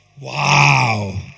Wow